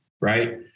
right